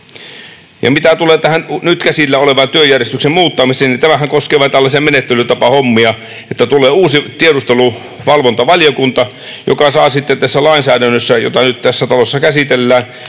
Mitä tulee tähän nyt käsillä olevaan työjärjestyksen muuttamiseen, niin tämähän koskee vain tällaisia menettelytapahommia, että tulee uusi tiedusteluvalvontavaliokunta, joka saa sitten tässä lainsäädännössä, jota nyt tässä talossa käsitellään